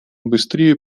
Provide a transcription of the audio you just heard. быстрее